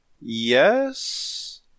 Yes